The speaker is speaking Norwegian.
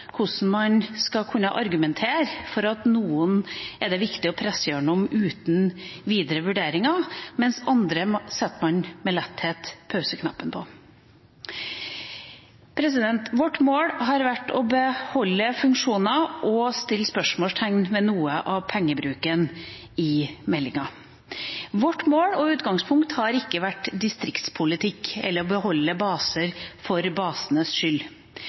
hvordan man skal kunne argumentere for at noen er det viktig å presse gjennom uten videre vurderinger, mens andre setter man med letthet pauseknappen på. Vårt mål har vært å beholde funksjoner og sette spørsmålstegn ved noe av pengebruken i meldinga. Vårt mål og utgangspunkt har ikke vært distriktspolitikk eller å beholde baser for basenes skyld.